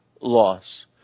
loss